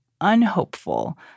unhopeful